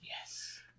Yes